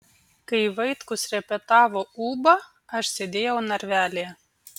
kai vaitkus repetavo ūbą aš sėdėjau narvelyje